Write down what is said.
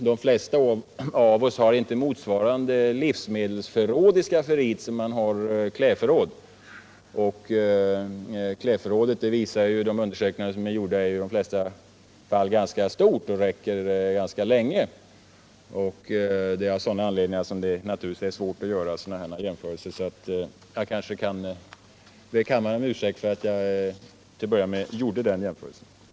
De flesta av oss har inte ett livsmedelsförråd i skafferiet motsvarande det klädförråd som man har i garderoben. De undersökningar som är gjorda visar att klädförrådet i de flesta fall är ganska stort och räcker ganska länge. Av sådana anledningar är det naturligtvis svårt att göra dylika jämförelser, och jag kanske kan be kammaren om ursäkt för att jag till att börja med gjorde den jämförelsen. Herr talman!